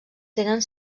tenen